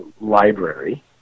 library